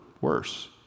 worse